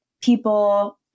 people